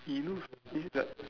it looks is it like